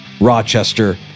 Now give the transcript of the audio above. Rochester